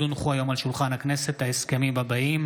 הצעת חוק הגנת הצרכן (תיקון,